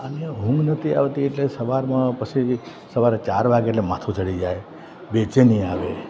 અને ઊંઘ નહોતી આવતી એટલે સવારમાં પછી સવારે ચાર વાગે એટલે માથું ચડી જાય બેચેની આવે